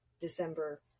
December